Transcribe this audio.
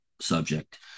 subject